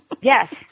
Yes